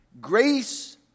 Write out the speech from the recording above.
Grace